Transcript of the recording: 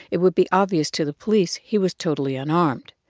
it would be obvious to the police he was totally unarmed.